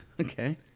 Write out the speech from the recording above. Okay